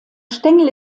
stängel